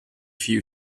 few